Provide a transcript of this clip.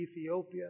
Ethiopia